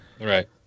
Right